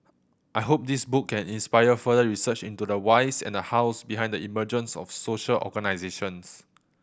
I hope this book can inspire further research into the whys and the hows behind the emergence of social organisations